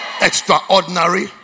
Extraordinary